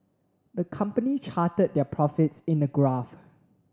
the company charted their profits in a graph